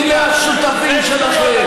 הינה השותפים שלכם.